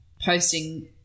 posting